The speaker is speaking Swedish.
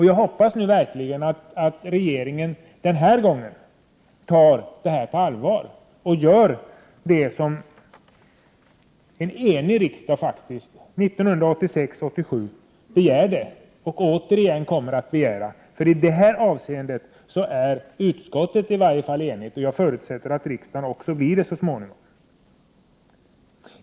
Jag hoppas verkligen att regeringen den här gången tar det på allvar och gör det som en enig riksdag begärde 1986/87 och återigen kommer att begära. I det här avseendet är i varje fall utskottet enigt, och jag förutsätter att riksdagen blir det så småningom.